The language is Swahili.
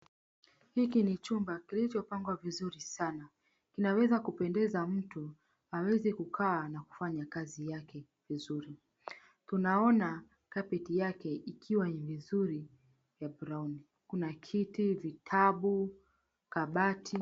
Hiki ni chumba kilichopangwa vizuri sana. Kinaweza kupendeza mtu aweze kukaa na kufanya kazi yake vizuri. Tunaona kapeti yake ikiwa ni vizuri ya brown. Kuna kiti, vitabu, kabati.